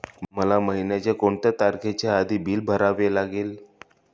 मला महिन्याचा कोणत्या तारखेच्या आधी बिल भरावे लागेल?